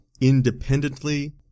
independently